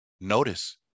notice